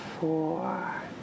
four